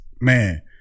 man